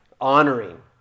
honoring